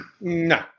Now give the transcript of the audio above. No